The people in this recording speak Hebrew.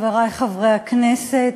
חברי חברי הכנסת,